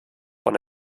von